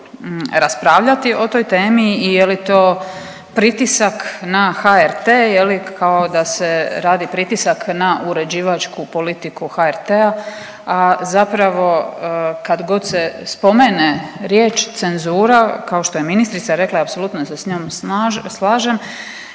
raspravljati o toj temi i je li to pritisak na HRT je li kao da se radi pritisak na uređivačku politiku HRT-a, a zapravo kad god se spomene riječ cenzura kao što je ministrica rekla i apsolutno se s njoj slažem,